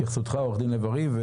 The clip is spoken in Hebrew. לתשובתך, עורך דין לב ארי.